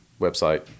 website